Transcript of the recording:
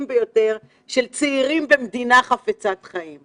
ביותר של צעירים במדינה חפצת חיים.